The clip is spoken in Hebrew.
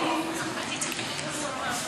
אדוני היושב-ראש,